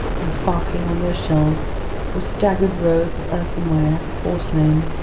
and sparkling on their shelves were staggered rows of earthenware, porcelain,